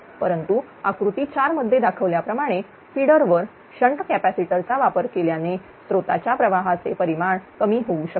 परंतु आकृती 4 मध्ये दाखवल्याप्रमाणे फिडर वर शंट कॅपॅसिटर चा वापर केल्याने स्त्रोताच्या प्रवाहाचे परिमाण कमी होऊ शकते